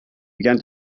began